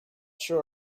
sure